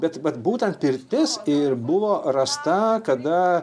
bet bet vat būtent pirtis ir buvo rasta kada